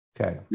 Okay